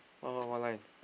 one one one line